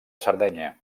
sardenya